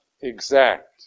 exact